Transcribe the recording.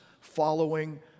following